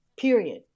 period